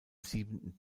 siebenten